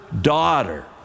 daughter